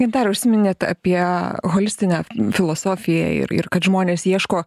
gintare užsiminėt apie holistinę filosofiją ir ir kad žmonės ieško